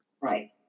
right